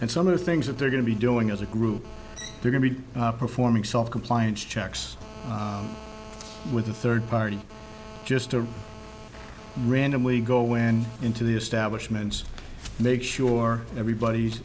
and some of the things that they're going to be doing as a group they're going to be performing cell compliance checks with a third party just a random we go in into the establishments make sure everybody's